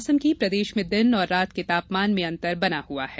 मौसम प्रदेश में दिन और रात के तापमान में अंतर बना हुआ है